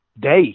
Day